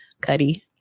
Cuddy